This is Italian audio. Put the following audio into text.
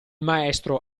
maestro